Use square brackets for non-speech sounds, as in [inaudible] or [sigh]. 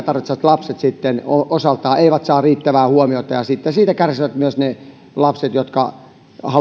[unintelligible] tarvitsevat lapset eivät sitten osaltaan saa riittävää huomiota ja sitten siitä kärsivät myös ne lapset jotka haluaisivat